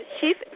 chief